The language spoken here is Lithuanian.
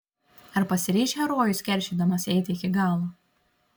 ar pasiryš herojus keršydamas eiti iki galo